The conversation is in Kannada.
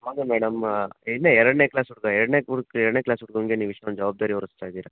ಹೌದು ಮೇಡಮ್ ಇನ್ನ ಎರಡನೇ ಕ್ಲಾಸ್ ಹುಡುಗ ಎರಡನೇ ಹುಡ್ಗ ಎರಡನೇ ಕ್ಲಾಸ್ ಹುಡ್ಗನಿಗೆ ನೀವು ಇಷ್ಟೊಂದು ಜವಾಬ್ದಾರಿ ಹೊರಸ್ತಾ ಇದ್ದೀರ